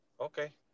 Okay